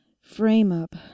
Frame-up